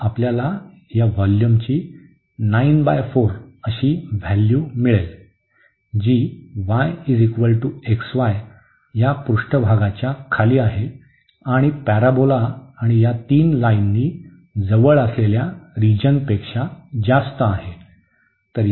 तर आपल्याला या व्होल्यूमची व्हॅल्यू मिळाली जी y xy च्या पृष्ठभागाच्या खाली आहे आणि पॅरोबोला आणि या तीन लाईननी जवळ असलेल्या रिजनपेक्षा जास्त आहे